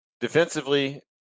defensively